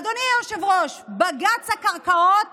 אדוני היושב-ראש, בג"ץ הקרקעות